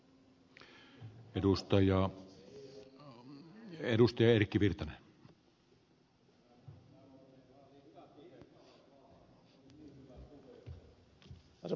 arvoisa puhemies